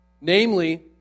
Namely